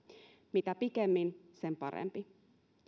mitä pikemmin sen parempi